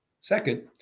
Second